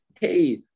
hey